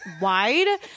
wide